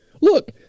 look